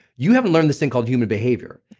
you haven't learned this thing called human behavior.